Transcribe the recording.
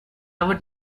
would